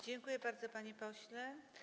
Dziękuję bardzo, panie pośle.